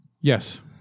Yes